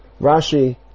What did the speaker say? Rashi